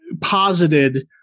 posited